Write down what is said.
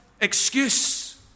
excuse